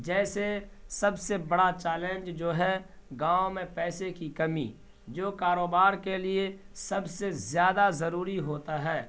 جیسے سب سے بڑا چیلنج جو ہے گاؤں میں پیسے کی کمی جو کاروبار کے لیے سب سے زیادہ ضروری ہوتا ہے